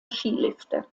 skilifte